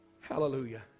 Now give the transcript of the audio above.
Hallelujah